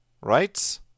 Right